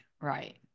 Right